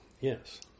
Yes